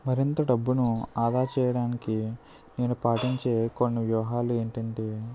మరింత డబ్బును ఆదా చేయడానికి నేను పాటించే కొన్ని వ్యూహాలు ఏమంటే